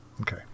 okay